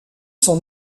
son